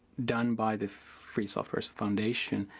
done by the free softwares foundation,